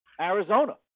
Arizona